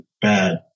bad